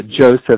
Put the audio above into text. Joseph